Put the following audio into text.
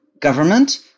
government